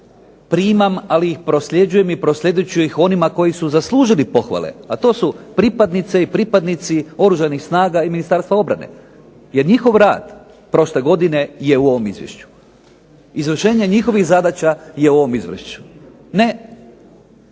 primam ali ih prosljeđujem i proslijedit ću ih onima koji zaslužuju te pohvale, a to su pripadnice i pripadnici Oružanih snaga i Ministarstva obrane. Jer njihov rad prošle godine je u ovom izvješću. Izvršenje njihovih zadaća je u ovom izvješću. Ne